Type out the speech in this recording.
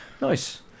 Nice